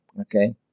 Okay